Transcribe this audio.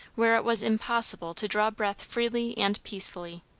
where it was impossible to draw breath freely and peacefully.